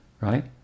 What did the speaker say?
right